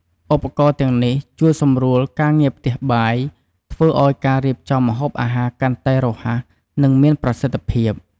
ឧបករណ៍ទាំងនេះជួយសម្រួលការងារផ្ទះបាយ ធ្វើឲ្យការរៀបចំម្ហូបអាហារកាន់តែរហ័ស និងមានប្រសិទ្ធភាព។